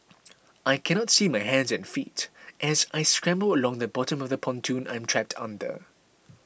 I cannot see my hands and feet as I scramble along the bottom of the pontoon I'm trapped under